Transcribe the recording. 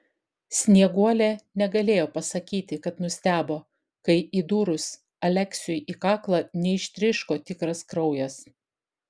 snieguolė negalėjo pasakyti kad nustebo kai įdūrus aleksiui į kaklą neištryško tikras kraujas